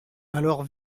alors